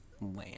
land